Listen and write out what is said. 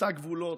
חוצה גבולות.